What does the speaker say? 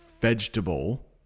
vegetable